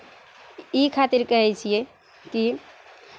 ई खातिर कहै छियै कि